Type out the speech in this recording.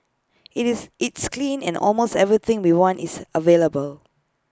IT is it's clean and almost everything we want is available